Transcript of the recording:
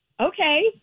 Okay